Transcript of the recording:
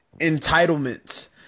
entitlements